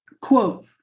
quote